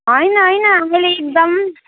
होइन होइन आफैले एकदम